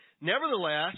Nevertheless